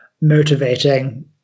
motivating